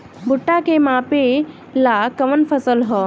भूट्टा के मापे ला कवन फसल ह?